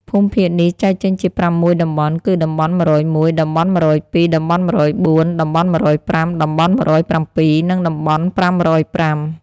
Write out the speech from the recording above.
ភូមិភាគនេះចែកចេញជាប្រាំមួយតំបន់ គឺ តំបន់១០១ តំបន់១០២ តំបន់១០៤ តំបន់ ១០៥ តំបន់១០៧ និងតំបន់៥០៥ ។